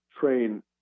train